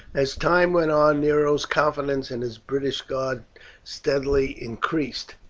as time went on nero's confidence in his british guard steadily increased.